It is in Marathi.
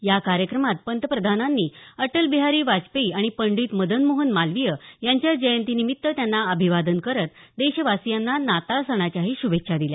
या कार्यक्रमात पंतप्रधानांनी अटलबिहारी वाजपेयी आणि पंडित मदनमोहन मालवीय यांच्या जयंतीनिमित्त त्यांना अभिवादन करत देशवासियांना नाताळ सणाच्याही श्भेच्छा दिल्या